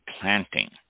planting